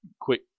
quick